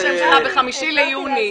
למרות שיצא ב-5 ליוני,